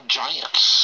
giants